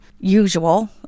usual